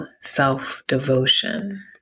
self-devotion